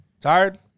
Tired